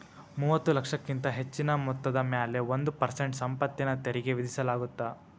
ಮೂವತ್ತ ಲಕ್ಷಕ್ಕಿಂತ ಹೆಚ್ಚಿನ ಮೊತ್ತದ ಮ್ಯಾಲೆ ಒಂದ್ ಪರ್ಸೆಂಟ್ ಸಂಪತ್ತಿನ ತೆರಿಗಿ ವಿಧಿಸಲಾಗತ್ತ